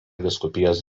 vyskupijos